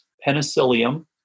penicillium